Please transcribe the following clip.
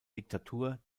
diktatur